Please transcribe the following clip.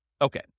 Okay